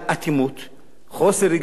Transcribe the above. חוסר רגישות, חוסר אחריות.